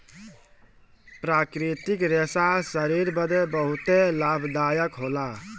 प्राकृतिक रेशा शरीर बदे बहुते लाभदायक होला